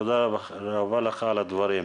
תודה רבה לך על הדברים.